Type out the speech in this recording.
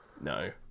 No